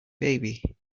baby